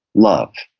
love.